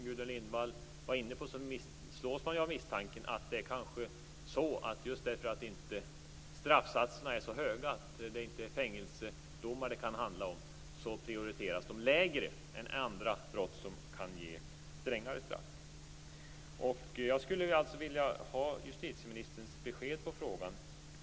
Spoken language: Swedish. Gudrun Lindvall var inne på att man slås av misstanken att just därför att straffsatserna inte är så höga - det är inte fängelsedomar det handlar om - prioriteras de lägre än andra brott som kan ge strängare straff. Jag skulle vilja ha ett besked från justitieministern i frågan.